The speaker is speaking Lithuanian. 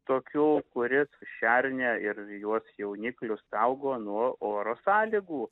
tokiu kuris šernę ir jos jauniklius saugo nuo oro sąlygų